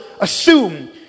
assume